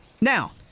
Now